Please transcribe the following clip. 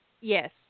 Yes